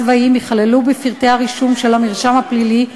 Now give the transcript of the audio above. צבאיים ייכללו בפרטי הרישום של המרשם הפלילי,